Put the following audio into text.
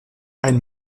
ein